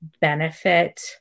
benefit